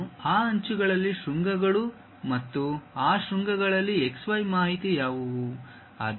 ಮತ್ತು ಆ ಅಂಚುಗಳಲ್ಲಿ ಶೃಂಗಗಳು ಮತ್ತು ಆ ಶೃಂಗಗಳಲ್ಲಿ x y ಮಾಹಿತಿ ಯಾವುವು